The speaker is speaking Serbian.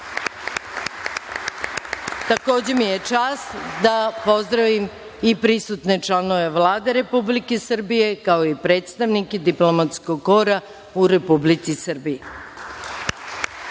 mi je čast da pozdravim i prisutne članove Vlade Republike Srbije, kao i predstavnike diplomatskog kora u Republici Srbiji. Sada